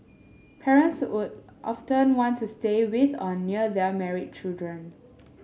parents would often want to stay with or near their married children